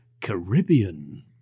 Caribbean